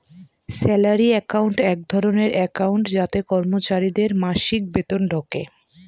salary account এক ধরনের account যাতে কর্মচারীদের মাসিক বেতন ঢোকে